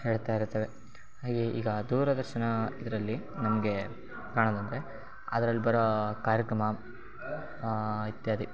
ಹೇಳ್ತಾ ಇರ್ತವೆ ಹಾಗೇ ಈಗ ದೂರದರ್ಶನ ಇದರಲ್ಲಿ ನಮಗೆ ಕಾಣೋದಂದರೆ ಅದ್ರಲ್ಲಿ ಬರೋ ಕಾರ್ಯಕ್ರಮ ಇತ್ಯಾದಿ